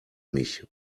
mich